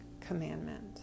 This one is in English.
commandment